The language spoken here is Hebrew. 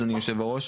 אדוני היו"ר,